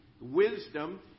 wisdom